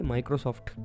Microsoft